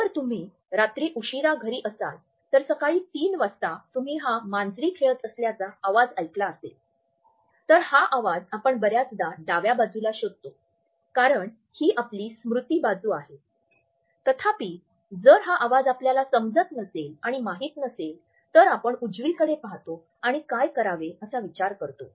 जर तुम्ही रात्री उशिरा घरी असाल तर सकाळी ३ वाजता तुम्ही हा मांजरी खेळत असल्याचा आवाज ऐकला असेल तर हा आवाज आपण बर्याचदा डाव्या बाजूला शोधतो कारण ही आपली स्मृती बाजू आहे तथापि जर हा आवाज आपल्याला समजत नसेल आणि माहित नसेल तर आपण उजवीकडे पहातो आणि काय करावे असा विचार करतो